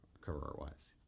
Cover-wise